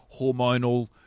hormonal